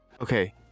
Okay